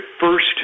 first